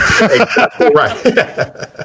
Right